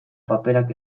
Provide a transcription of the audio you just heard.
paperak